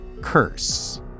curse